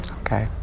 Okay